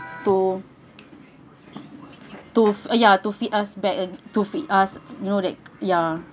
to to ah ya to feed us back to feed us you know that ya